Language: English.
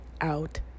out